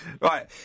right